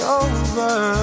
over